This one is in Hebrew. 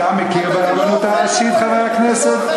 אתה מכיר ברבנות הראשית, חבר הכנסת?